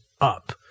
up